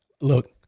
Look